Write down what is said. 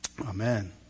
Amen